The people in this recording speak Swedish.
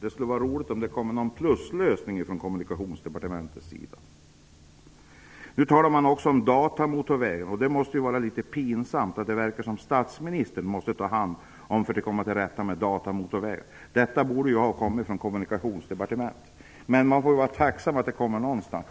Det skulle vara roligt om det kom en pluslösning från Nu talas det också om datamotorvägar. Det måste vara litet pinsamt om statsministern, som det verkar, måste ta hand om detta för att man skall komma till rätta med datamotorvägarna. Detta borde ha kommit från Kommunikationsdepartementet. Men man får väl vara tacksam för att det kommer från något håll.